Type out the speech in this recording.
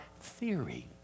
theory